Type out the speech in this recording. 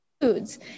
foods